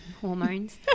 hormones